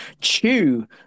chew